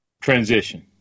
transition